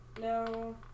No